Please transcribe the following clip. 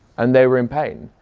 and they were in pain.